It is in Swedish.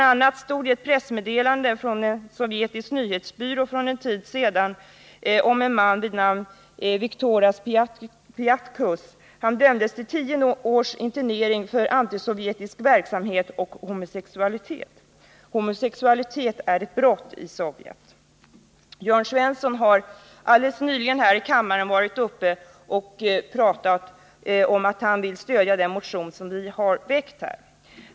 a. stod det i ett pressmeddelande från en sovjetisk nyhetsbyrå för en tid sedan talat om en man vid namn Viktoras Piatkus. Han dömdes till tio års internering för antisovjetisk verksamhet och homosexualitet. Homosexualitet är ett brott i Sovjet. Jörn Svensson har alldeles nyligen varit uppe i talarstolen och sagt att han villstödja den motion som vi väckt.